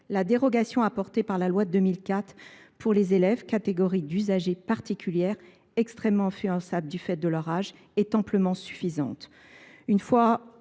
La dérogation introduite par la loi de 2004 pour les élèves de notre pays, catégorie d’usagers particulière, extrêmement influençables du fait de leur âge, est amplement suffisante. Nous